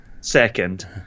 second